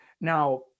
Now